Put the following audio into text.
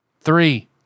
Three